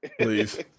Please